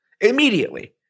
Immediately